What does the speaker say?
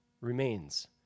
remains